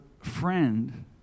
friend